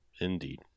Indeed